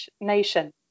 nation